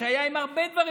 מה שהיה עם הרבה דברים,